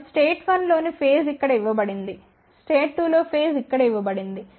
కాబట్టి స్టేట్ 1 లోని ఫేజ్ ఇక్కడ ఇవ్వబడింది స్టేట్ 2 లో ఫేజ్ ఇక్కడ ఇవ్వబడింది